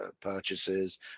purchases